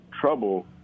trouble